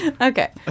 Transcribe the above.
Okay